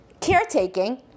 caretaking